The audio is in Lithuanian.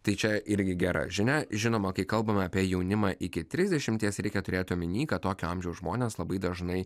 tai čia irgi gera žinia žinoma kai kalbame apie jaunimą iki trisdešimties reikia turėti omeny kad tokio amžiaus žmonės labai dažnai